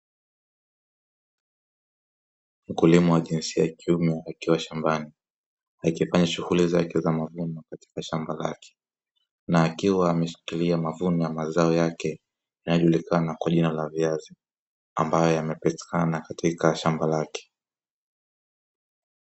Mkulima wa jinsia ya kiume akiwa shambani akifanya shughuli zake za mavuno katika shamba lake, na akiwa ameshikilia mavuno ya mazao yake yanayojulikana kwa jina la viazi ambayo yamepatikana katika shamba lake.